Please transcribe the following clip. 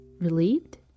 relieved